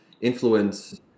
influence